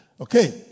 okay